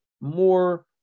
more